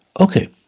Okay